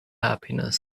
happiness